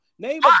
Name